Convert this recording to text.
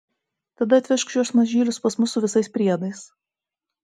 tada atvežk šiuos mažylius pas mus su visais priedais